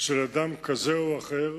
של אדם כזה או אחר